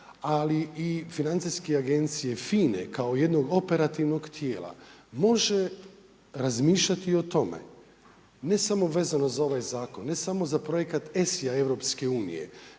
ali i Financijske agencije FINA-e kao jednog operativnog tijela, može razmišljati o tome, ne samo vezano za ovaj zakon, ne samo za projekat EIS-a EU nego